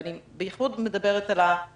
אני מדברת בייחוד על הקשישים.